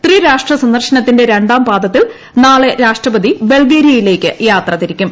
ത്രിരാഷ്ട്ര സന്ദർശനത്തിന്റെ രണ്ടാം പാദത്തിൽ നാളെ രാഷ്ട്രപതി ബൾഗേരിയയിലേയ്ക്ക് യാത്ര തിരിക്കും